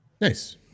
Nice